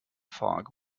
fog